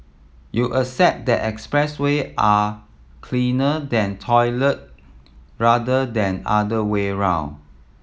you accept that expressway are cleaner than toilet rather than other way around